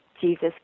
Jesus